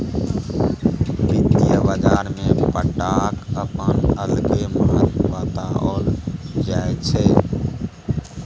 वित्तीय बाजारमे पट्टाक अपन अलगे महत्व बताओल जाइत छै